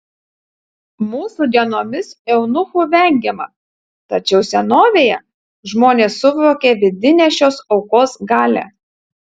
mūsų dienomis eunuchų vengiama tačiau senovėje žmonės suvokė vidinę šios aukos galią